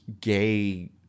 gay